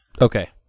Okay